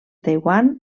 taiwan